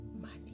money